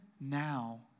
now